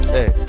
Hey